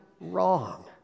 wrong